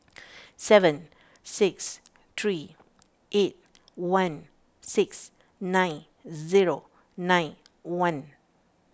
seven six three eight one six nine zero nine one